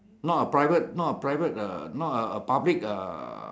not a private not a private uh not a a public uh